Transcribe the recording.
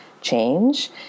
change